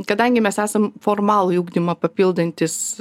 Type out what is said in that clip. kadangi mes esam formalųjį ugdymą papildantys